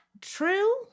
true